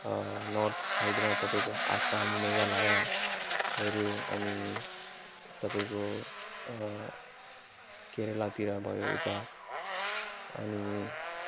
north साइडमा तपाईँको आसाम मेघालयहरू अनि तपाईँको केरेलातिर भयो उता अनि